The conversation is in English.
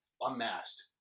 unmasked